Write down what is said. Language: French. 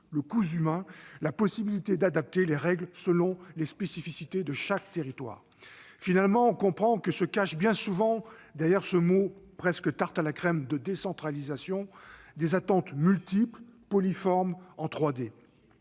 autrement dit la possibilité d'adapter les règles selon les spécificités de chaque territoire. Finalement, on comprend que se cachent bien souvent derrière ce mot presque tarte à la crème de décentralisation des attentes multiples, polymorphes, en 3D.